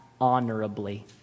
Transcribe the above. honorably